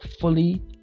fully